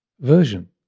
version